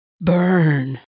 burn